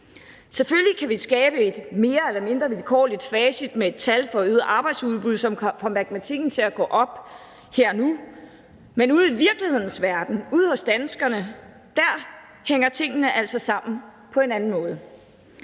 Selvfølgelig kan vi skabe et mere eller mindre vilkårligt facit med et tal for øget arbejdsudbud, som får matematikken til at gå op her og nu, men ude i virkelighedens verden, ude hos danskerne, hænger tingene altså sammen på en anden måde.